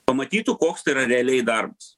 pamatytų koks tai yra realiai darbas